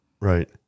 Right